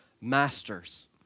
masters